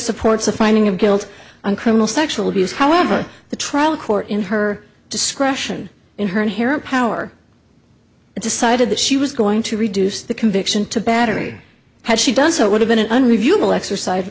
supports a finding of guilt on criminal sexual abuse however the trial court in her discretion in her inherent power decided that she was going to reduce the conviction to battery has she done so would have been an reviewable exercise